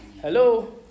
Hello